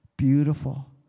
Beautiful